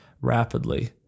rapidly